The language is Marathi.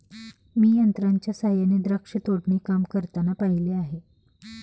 मी यंत्रांच्या सहाय्याने द्राक्ष तोडणी काम करताना पाहिले आहे